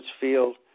Field